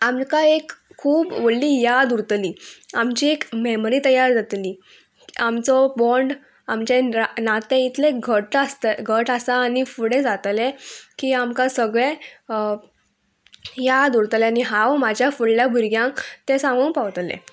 आमकां एक खूब व्हडली याद उरतली आमची एक मॅमरी तयार जातली आमचो बोंड आमचे नातें इतलें घट्ट आसता घट आसा आनी फुडें जातलें की आमकां सगळें याद उरतलें आनी हांव म्हाज्या फुडल्या भुरग्यांक तें सांगूंक पावतलें